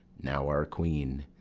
now our queen,